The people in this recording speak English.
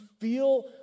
feel